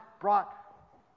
brought